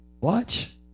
Watch